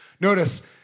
Notice